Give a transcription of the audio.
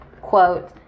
quote